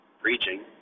preaching